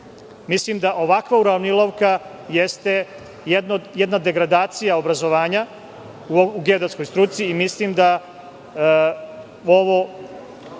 da ovakva uravnilovka jeste jedna degradacija obrazovanja u geodetskoj struci i mislim da ovo